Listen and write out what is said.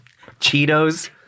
Cheetos